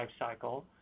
lifecycle